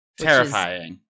Terrifying